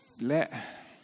let